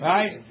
Right